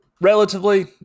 relatively